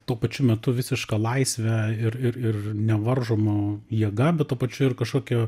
tuo pačiu metu visiška laisve ir ir ir nevaržomu jėga bet tuo pačiu ir kažkokiu